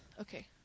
Okay